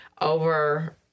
over